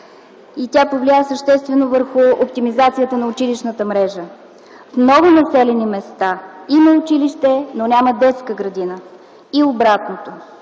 Тя повлия съществено върху оптимизацията на училищната мрежа. В много населени места има училище, но няма детска градина и обратното.